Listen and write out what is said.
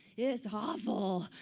it's awful.